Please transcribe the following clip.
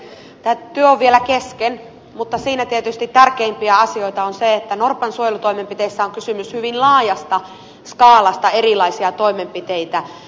tämä työ on vielä kesken mutta siinä tietysti tärkeimpiä asioita on se että norpan suojelutoimenpiteissä on kysymys hyvin laajasta skaalasta erilaisia toimenpiteitä